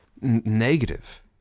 Negative